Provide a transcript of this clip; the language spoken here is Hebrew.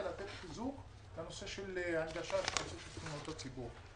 שאנחנו רוצים לתת להם חיזוק בנושא של הנגשה של נציבות תלונות הציבור.